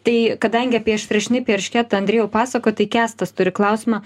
tai kadangi apie aštriašnipį eršketą andrejau pasakojot tai kęstas turi klausimą